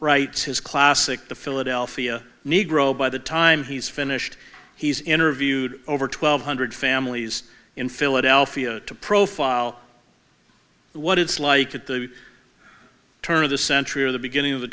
his classic the philadelphia negro by the time he's finished he's interviewed over twelve hundred families in philadelphia to profile what it's like at the turn of the century or the beginning of the